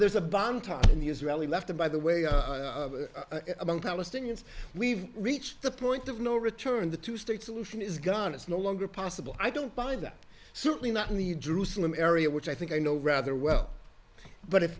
there's a bomb talk in the israeli left by the way among palestinians we've reached the point of no return the two state solution is gone it's no longer possible i don't buy that certainly not in the jerusalem area which i think i know rather well but if